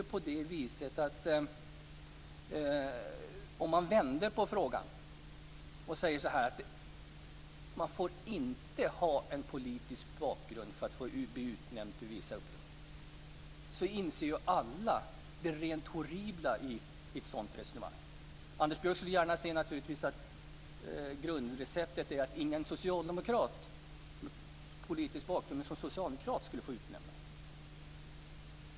Låt oss vända på frågan: Man får inte ha politisk bakgrund för att bli utnämnd till vissa uppdrag. Då inser alla det rent horribla i ett sådant resonemang. Anders Björck anser naturligtvis att grundreceptet är att ingen med socialdemokratisk bakgrund får utnämnas.